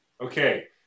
Okay